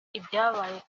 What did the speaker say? ibyabaye